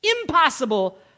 impossible